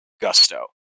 Gusto